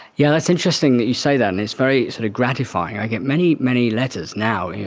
yeah it's interesting that you say that, and it's very sort of gratifying. i get many, many letters now, yeah